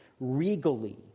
regally